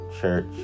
church